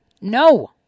No